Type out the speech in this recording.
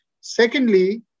Secondly